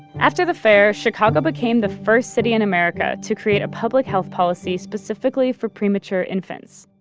after the fair, chicago became the first city in america to create a public health policy specifically for premature infants.